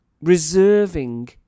reserving